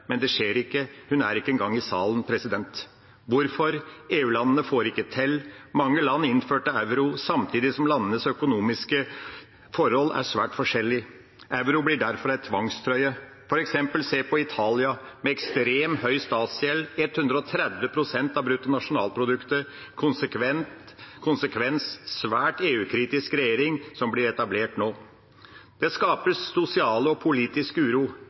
men det skjer ikke, hun er ikke engang i salen. Hvorfor? EU-landene får det ikke til, mange land innførte euro samtidig som landenes økonomiske forhold er svært forskjellige. Euro blir derfor en tvangstrøye. En kan f.eks. se på Italia, med ekstrem høy statsgjeld, 130 pst. av bruttonasjonalproduktet. Konsekvensen er at det er en svært EU-kritisk regjering som blir etablert nå. Denne tvangstrøyen – euro – skaper sosial og politisk uro.